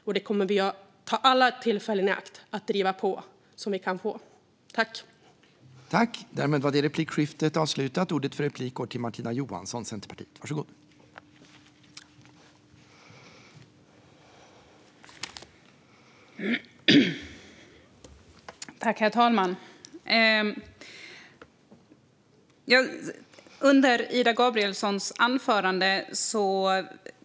Vi kommer att ta alla tillfällen i akt att driva på så att vi kan få det.